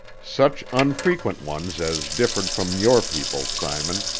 such unfrequent ones as differed from your people, simon,